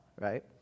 right